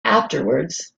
afterwards